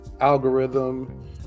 Algorithm